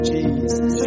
Jesus